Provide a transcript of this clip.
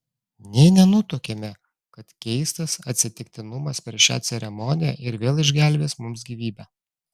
nė nenutuokėme kad keistas atsitiktinumas per šią ceremoniją ir vėl išgelbės mums gyvybę